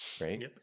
Right